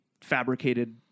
fabricated